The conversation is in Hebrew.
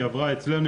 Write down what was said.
זה עבר אצלנו,